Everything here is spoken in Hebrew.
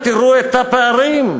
ותראו את הפערים,